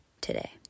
today